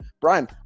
Brian